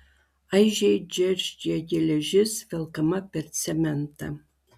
aižiai džeržgė geležis velkama per cementą